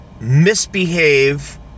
misbehave